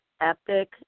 epic